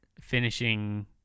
finishing